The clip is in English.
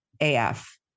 AF